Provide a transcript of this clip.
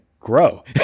Grow